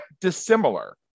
dissimilar